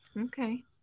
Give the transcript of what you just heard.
okay